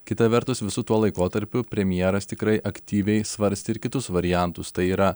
kita vertus visu tuo laikotarpiu premjeras tikrai aktyviai svarstė ir kitus variantus tai yra